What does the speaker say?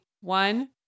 one